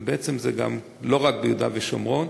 ובעצם זה גם לא רק ביהודה ושומרון,